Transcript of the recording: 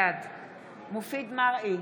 בעד מופיד מרעי,